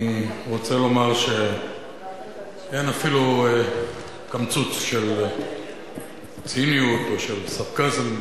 אני רוצה לומר שאין אפילו קמצוץ של ציניות או של סרקזם